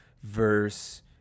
verse